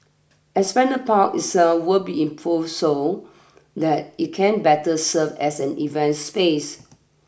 Esplanade Park itself will be improved so that it can better serve as an event space